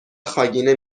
خاگینه